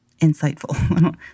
insightful